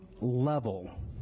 level